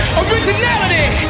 originality